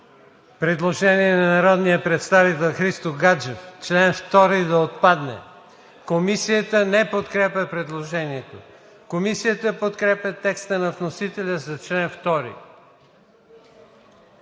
предложение на народния представител Христо Гаджев – чл. 2 да отпадне. Комисията не подкрепя предложението. Комисията подкрепя текста на вносителя за чл. 2.